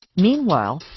meanwhile,